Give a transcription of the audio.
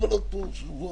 אני רק יודע דבר אחד: